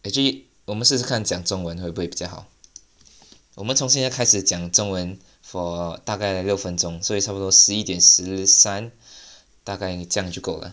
actually 我们试试看讲中文会不会比较好 我们重新开始讲中文 for 大概六分钟所以差不多十一点十三大概这样就够了